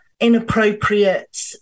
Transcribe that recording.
inappropriate